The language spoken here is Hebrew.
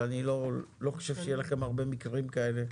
אבל אני לא חושב שיהיו לכם הרבה מקרים כאלה.